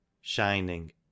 shining